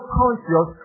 conscious